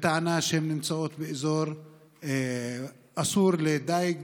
בטענה שהן נמצאות באזור אסור לדיג,